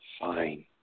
fine